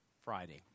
Friday